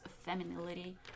femininity